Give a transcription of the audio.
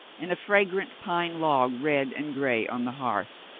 and a fragrant pine log red and gray on the hearth.